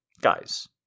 Guys